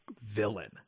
villain